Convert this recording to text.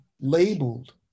labeled